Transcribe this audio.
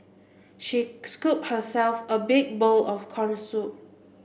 she scooped herself a big bowl of corn soup